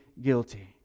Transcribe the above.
guilty